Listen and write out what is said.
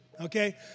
okay